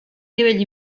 nivell